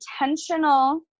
intentional